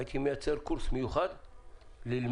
הייתי מייצר קורס מיוחד ללמידה,